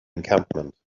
encampment